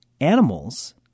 animals